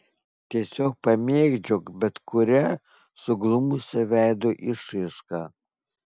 tiesiog pamėgdžiok bet kurią suglumusią veido išraišką